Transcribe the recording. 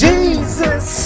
Jesus